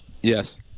Yes